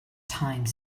time